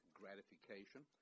gratification